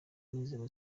n’inzego